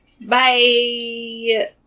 bye